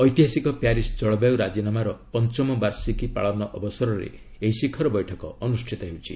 ଐତିହାସିକ ପ୍ୟାରିସ୍ ଜଳବାୟୁ ରାଜିନାମାର ପଞ୍ଚମ ବାର୍ଷିକୀ ଅବସରରେ ଏହି ଶିଖର ବୈଠକ ଅନୁଷ୍ଠିତ ହେଉଛି